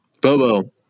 Bobo